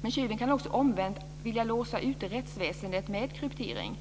Men tjuven kan också omvänt vilja låsa ute rättsväsendet med kryptering.